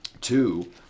two